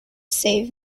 save